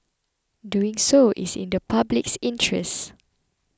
doing so is in the public interest